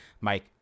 Mike